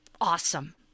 awesome